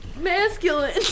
masculine